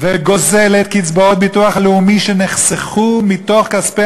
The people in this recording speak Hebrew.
וגוזלת קצבאות ביטוח לאומי שנחסכו מתוך כספי